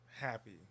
happy